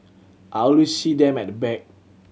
I always see them at the back